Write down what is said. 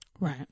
right